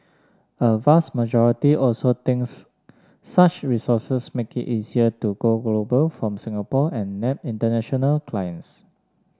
a vast majority also thinks such resources make it easier to go global from Singapore and nab international clients